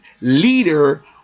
leader